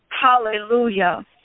Hallelujah